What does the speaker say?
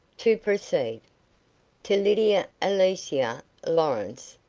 to proceed to lydia alicia lawrence,